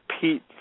Pete